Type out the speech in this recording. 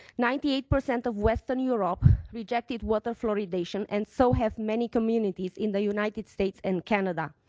ninety eight percent of western europe rejected water fluoridation and so have many communities in the united states and canada.